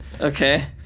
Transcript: Okay